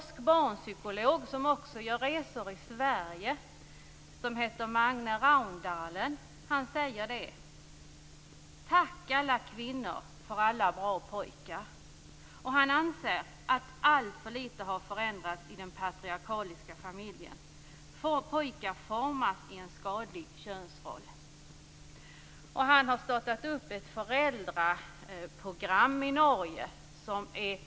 som även reser runt i Sverige - säger att vi skall tacka alla kvinnor för alla bra pojkar. Han anser att alltför lite har förändrats i den patriarkaliska familjen. Pojkar formas i en skadlig könsroll. Magne Raundalen har startat ett föräldraprogram i Norge.